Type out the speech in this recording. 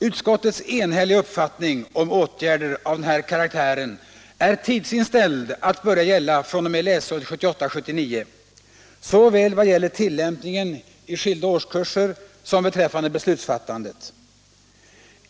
Utskottets enhälliga uppfattning om åtgärder av den här karaktären är tidsinställd att börja gälla fr.o.m. läsåret 1978/79 såväl vad gäller tillämpningen i skilda årskurser som beträffande beslutsfattandet.